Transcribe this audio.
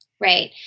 right